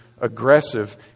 aggressive